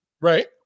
Right